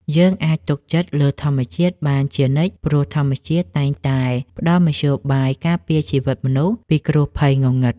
យើងអាចទុកចិត្តលើធម្មជាតិបានជានិច្ចព្រោះធម្មជាតិតែងតែផ្តល់មធ្យោបាយការពារជីវិតមនុស្សពីគ្រោះភ័យងងឹត។